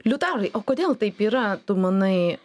liutaurai o kodėl taip yra tu manai